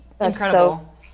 incredible